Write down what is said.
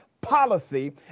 policy